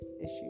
issues